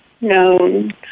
known